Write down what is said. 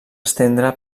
estendre